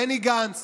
בני גנץ